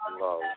love